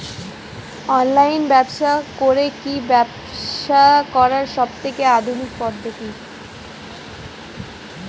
Online ব্যবসা করে কি ব্যবসা করার সবথেকে আধুনিক পদ্ধতি?